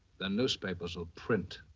the newspapers will print.